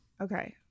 okay